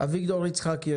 אביגדור יצחקי,